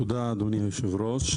תודה, אדוני היושב-ראש.